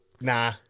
Nah